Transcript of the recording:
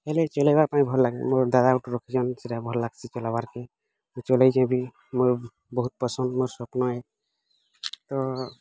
ହେଲେ ଚଲାଇବା ପାଇଁ ଭଲ୍ ଲାଗେ ମୋର ଦାଦା ଗୋଟେ ରଖିଛନ୍ତି ସେଇଟା ଭଲ୍ ଲାଗ୍ସି ଚଲାବାର୍ କେ ଚଲାଇଛି ବି ମୋର ବହୁତ୍ ପସନ୍ଦ ସ୍ୱପ୍ନ ଏ ତ